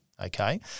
Okay